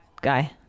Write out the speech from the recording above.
guy